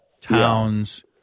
Towns